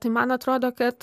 tai man atrodo kad